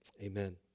Amen